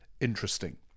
interesting